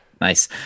Nice